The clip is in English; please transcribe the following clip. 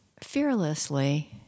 fearlessly